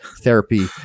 therapy